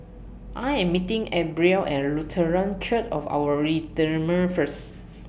I Am meeting Abril At Lutheran Church of Our Redeemer First